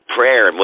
prayer